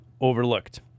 overlooked